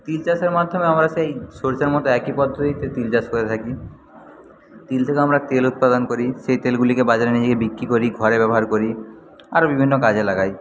তিল চাষের মাধ্যমে আমরা সেই সরষের মতো একই পদ্ধতিতে তিল চাষ করে থাকি তিল থেকে আমরা তেল উৎপাদন করি সেই তেলগুলিকে বাজারে নিয়ে গিয়ে বিক্রি করি ঘরে ব্যবহার করি আরও বিভিন্ন কাজে লাগাই